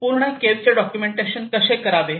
पूर्ण केव्ह चे डॉक्युमेंटेशन कसे करावे